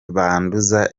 banduza